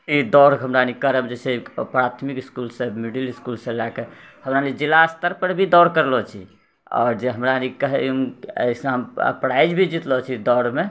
ई दौड़के हमरा सनि करब जेछै प्राथमिक इसकुलसँ मिडिल इसकुलसँ लएके हमरा जिला स्तर पर भी दौड़ करलो छी आओर जे हमरारि कहै अइसा प्राइज भी जितलो छी दौड़मे